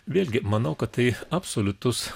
vėlgi manau kad tai absoliutus